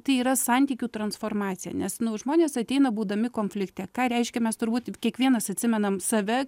tai yra santykių transformacija nes nu žmonės ateina būdami konflikte ką reiškia mes turbūt kiekvienas atsimenam save